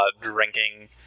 drinking